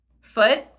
Foot